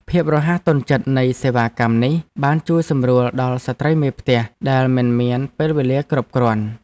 ភាពរហ័សទាន់ចិត្តនៃសេវាកម្មនេះបានជួយសម្រួលដល់ស្ត្រីមេផ្ទះដែលមិនមានពេលវេលាគ្រប់គ្រាន់។